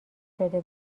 شده